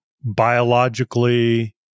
biologically